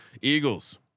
Eagles